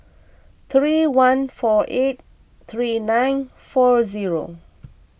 three one four eight three nine four zero